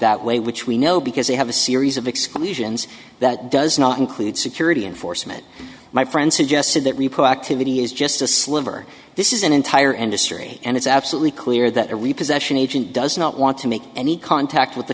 that way which we know because they have a series of exclusions that does not include security enforcement my friend suggested that activity is just a sliver this is an entire industry and it's absolutely clear that a repossession agent does not want to make any contact with